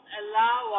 allow